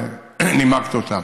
ונימקת אותה,